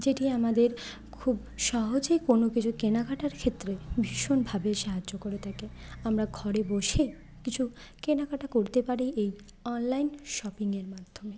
যেটি আমাদের খুব সহজেই কোনও কিছু কেনাকাটার ক্ষেত্রে ভীষণভাবে সাহায্য করে থাকে আমরা ঘরে বসে কিছু কেনাকাটা করতে পারি এই অনলাইন শপিং এর মাধ্যমে